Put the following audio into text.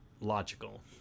logical